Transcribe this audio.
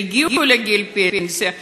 שהגיעו לגיל פנסיה,